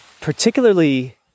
particularly